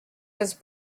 his